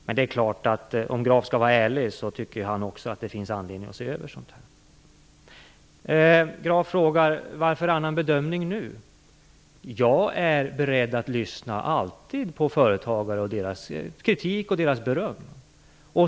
Om Carl Fredrik Graf skall vara ärlig tycker han också att det finns anledning att se över sådant här. Carl Fredrik Graf frågar varför vi gör en annan bedömning nu. Jag är alltid beredd att lyssna på företagare och deras kritik och beröm.